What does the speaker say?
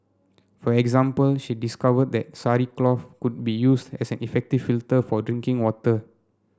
for example she discovered that Sari cloth could be used as an effective filter for drinking water